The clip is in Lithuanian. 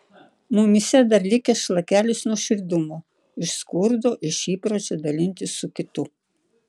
mumyse dar likęs šlakelis nuoširdumo iš skurdo iš įpročio dalintis su kitu